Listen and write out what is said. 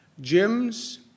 Gyms